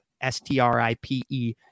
S-T-R-I-P-E